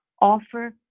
offer